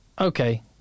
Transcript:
Okay